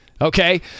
Okay